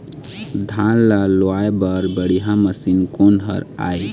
धान ला लुआय बर बढ़िया मशीन कोन हर आइ?